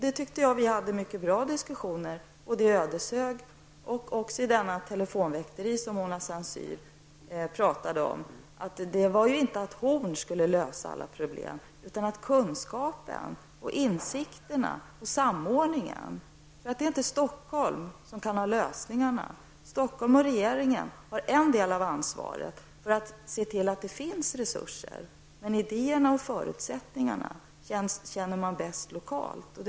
Det tycker jag vi hade mycket bra diskussioner om både i Ödeshög och i det telefonväkteri som Mona Saint Cyr talade om. Det sades inte att Horn själv skall lösa alla sina problem, men vi i Stockholm sitter inte inne med alla lösningar. Regeringen har en del av ansvaret för att se till att det finns resurser, men idéerna och förutsättningarna känner man bäst till lokalt.